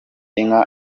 inka